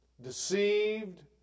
deceived